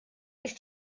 ist